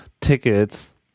tickets